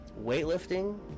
weightlifting